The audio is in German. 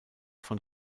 von